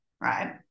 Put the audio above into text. right